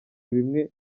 bimwe